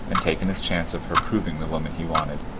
and taken his chance of her proving the woman he wanted.